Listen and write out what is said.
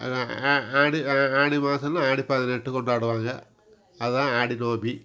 அது ஆடி ஆடி மாதம்னா ஆடி பதினெட்டு கொண்டாடுவாங்க அதுதான் ஆடி நோம்பு